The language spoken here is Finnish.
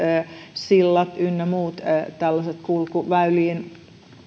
sillat ynnä muut tällaiset kulkuväyliin